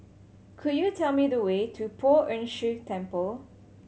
could you tell me the way to Poh Ern Shih Temple